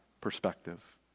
perspective